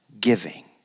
giving